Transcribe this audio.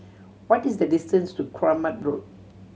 what is the distance to Kramat Road